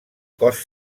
cos